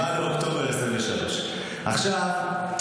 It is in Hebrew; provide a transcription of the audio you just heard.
7 באוקטובר 2023. עכשיו,